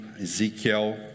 Ezekiel